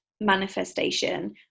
manifestation